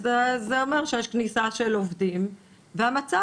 אז זה אומר שיש כניסה של עובדים והמצב